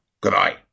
Goodbye